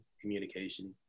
communication